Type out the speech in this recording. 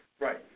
right